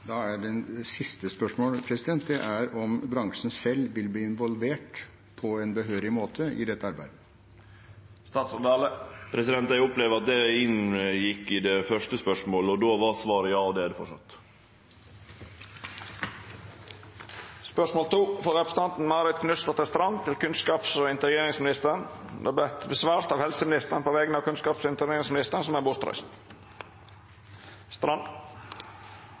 er mitt siste spørsmål om bransjen selv vil bli involvert på en behørig måte i dette arbeidet. Eg opplever at det inngjekk i det første spørsmålet. Då var svaret ja, og det er det framleis. Dette spørsmålet, frå representanten Marit Knutsdatter Strand til kunnskaps- og integreringsministeren, vil verta svara på av helseministeren på vegner av kunnskaps- og integreringsministeren, som er bortreist.